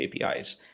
APIs